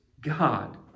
God